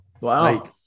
wow